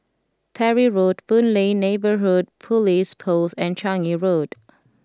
Parry Road Boon Lay Neighbourhood Police Post and Changi Road